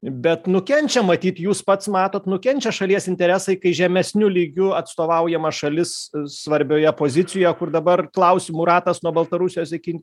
bet nukenčia matyt jūs pats matot nukenčia šalies interesai kai žemesniu lygiu atstovaujama šalis svarbioje pozicijoje kur dabar klausimų ratas nuo baltarusijos iki